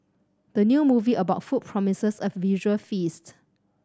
the new movie about food promises a visual feast